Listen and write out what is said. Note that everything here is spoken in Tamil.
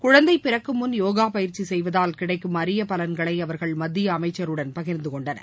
குழந்தை பிறக்கும் முன் யோகா பயிற்சி செய்வதால் கிடைக்கும் அரிய பலன்களை அவர்கள் மத்திய அமைச்சருடன் பகிர்ந்து கொண்டனர்